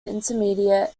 intermediate